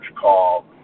call